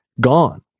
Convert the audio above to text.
Gone